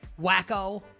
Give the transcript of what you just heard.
Wacko